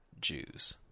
jews